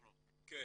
כן.